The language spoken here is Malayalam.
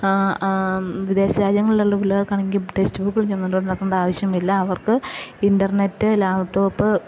വിദേശരാജ്യങ്ങളിലുള്ള പിള്ളേർക്കാണെങ്കില് ടെസ്റ്റ് ബുക്കുകൾ ചുമന്നോണ്ട് നടക്കേണ്ട ആവശ്യമില്ല അവർക്ക് ഇൻ്റർനെറ്റ് ലാപ്ടോപ്പ്